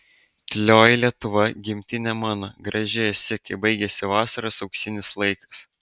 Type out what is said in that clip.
tylioji lietuva gimtine mano graži esi kai baigiasi vasaros auksinis laikas